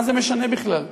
מה זה משנה בכלל?